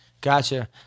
Gotcha